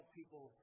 people